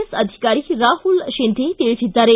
S ಅಧಿಕಾರಿ ರಾಹುಲ್ ಶಿಂಧೆ ತಿಳಿಸಿದ್ದಾರೆ